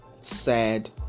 sad